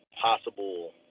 possible